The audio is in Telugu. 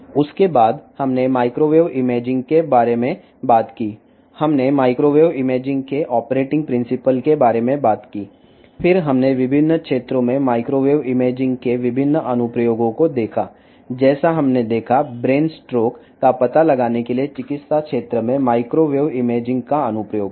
తరువాత మనము మైక్రోవేవ్ ఇమేజింగ్ గురించి మాట్లాడాము మైక్రోవేవ్ ఇమేజింగ్ యొక్క ఆపరేషన్ సూత్రం గురించి మాట్లాడాము అప్పుడు చూసినట్లుగా వివిధ ప్రాంతాలలో మైక్రోవేవ్ ఇమేజింగ్ యొక్క వివిధ అనువర్తనాలను తెలుసుకున్నాము మెదడు స్ట్రోక్ డిటెక్షన్ కోసం వైద్య రంగంలో మైక్రోవేవ్ ఇమేజింగ్ యొక్క అనువర్తనం